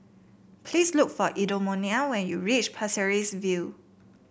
please look for Edmonia when you reach Pasir Ris View